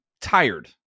tired